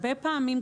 הרבה פעמים,